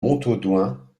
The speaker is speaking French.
montaudoin